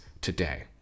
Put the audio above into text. today